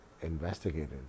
investigated